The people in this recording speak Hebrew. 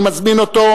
אני מזמין אותו,